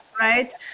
right